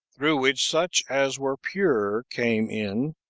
through which such as were pure came in,